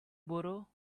borrow